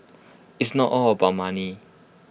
it's not all about money